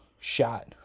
shot